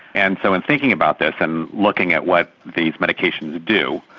and so in thinking about this and looking at what these medications do,